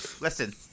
Listen